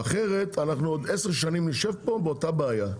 אחרת, אנחנו נשב פה עוד עשר שנים עם אותה בעיה.